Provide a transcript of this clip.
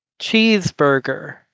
cheeseburger